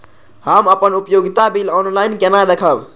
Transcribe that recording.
हम अपन उपयोगिता बिल ऑनलाइन केना देखब?